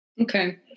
okay